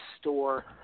store